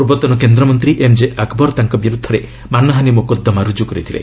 ପୂର୍ବତନ କେନ୍ଦ୍ରମନ୍ତ୍ରୀ ଏମ୍ଜେ ଆକବର୍ ତାଙ୍କ ବିରୁଦ୍ଧରେ ମାନହାନୀ ମୋକଦ୍ଦମା ରୁଜୁ କରିଥିଲେ